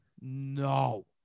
No